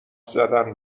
زدن